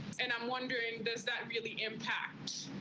and i'm wondering, does that really impact,